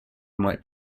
might